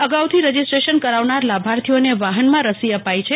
અગ ઉથી રજીસ્ટ્રેશન કર વન ર લ ભ ર્થીઓને વ ફનમં રસી અપ ઈ છે